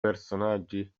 personaggi